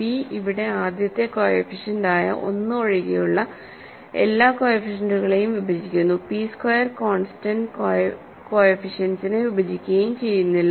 p ഇവിടെ ആദ്യത്തെ coefficient ആയ 1ഒഴികെയുള്ള എല്ലാ കോഎഫിഷ്യന്റ്കളെയും വിഭജിക്കുകയും p സ്ക്വയർ കോൺസ്റ്റന്റ് കോഎഫിഷ്യന്റ്സിനെ വിഭജിക്കുകയും ചെയ്യുന്നില്ല